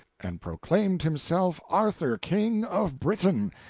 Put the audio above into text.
and proclaimed himself arthur, king of britain,